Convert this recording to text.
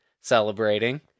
celebrating